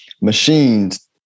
machines